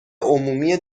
عمومی